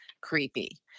creepy